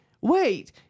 wait